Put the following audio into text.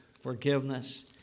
forgiveness